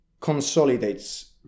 consolidates